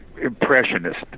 impressionist